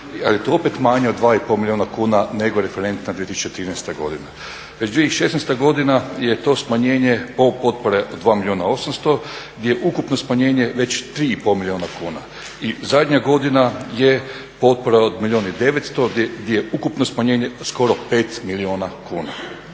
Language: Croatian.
je to opet manje od 2,5 milijuna kuna nego referentna 2013. godina. Već 2016. godina je to smanjenje od potpore od 2 milijuna 800, gdje je ukupno smanjenje već 3,5 milijuna kuna. I zadnja godina je potpora od milijun i 900 gdje je ukupno smanjenje skoro 5 milijuna kuna.